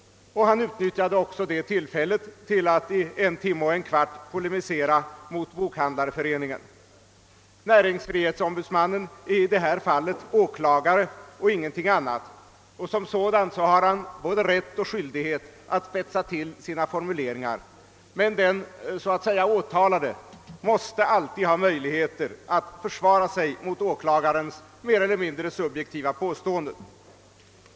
Han utnyttjade också detta tillfälle till att under en och en kvarts timme polemisera mot Bokhandlareföreningen. Näringsfrihetsombudsmannen är i detta fall åklagare och inget annat, och som sådan har han både rätt och skyldighet att spetsa till sina formuleringar. Den »åtalade» måste emellertid alltid ges möjligheter att försvara sig mot åklagarens mer eller mindre subjektiva påståenden.